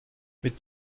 mit